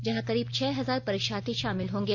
जहां करीब छह हजार परीक्षार्थी शामिल होंगे